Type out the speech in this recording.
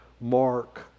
Mark